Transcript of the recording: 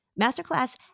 Masterclass